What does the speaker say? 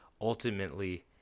ultimately